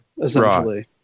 essentially